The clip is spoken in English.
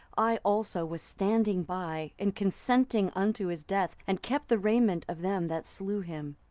i also was standing by, and consenting unto his death, and kept the raiment of them that slew him.